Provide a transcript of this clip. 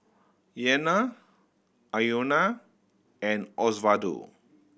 Iyanna Iona and Osvaldo